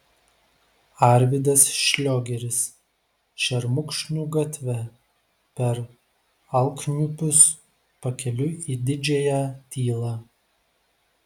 arvydas šliogeris šermukšnių gatve per alksniupius pakeliui į didžiąją tylą